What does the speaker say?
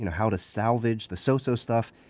you know how to salvage the so-so stuff,